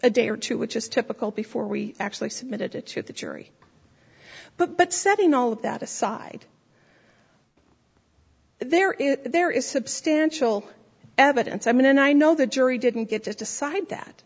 a day or two which is typical before we actually submitted it to the jury but but setting all of that aside there is there is substantial evidence i mean and i know the jury didn't get to decide that